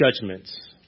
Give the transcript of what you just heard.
judgments